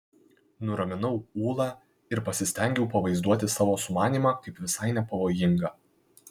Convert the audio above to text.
nuraminau ulą ir pasistengiau pavaizduoti savo sumanymą kaip visai nepavojingą